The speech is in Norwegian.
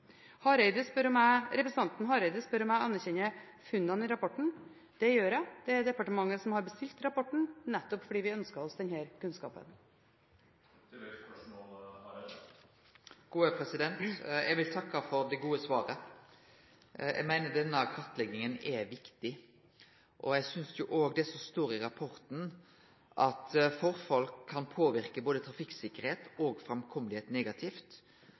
Representanten Hareide spør om jeg anerkjenner funnene i rapporten. Det gjør jeg. Det er departementet som har bestilt rapporten, nettopp fordi vi ønsker oss denne kunnskapen. Eg vil takke for det gode svaret. Eg meiner denne kartlegginga er viktig. Eg er oppteken av det som står i rapporten, at forfall kan påverke både trafikktryggleiken og framkomsten negativt,